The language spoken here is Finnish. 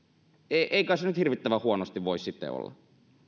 kai se nyt hirvittävän huonosti voi sitten olla